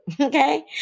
Okay